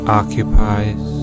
occupies